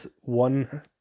one